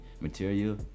material